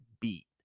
beat